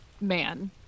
Man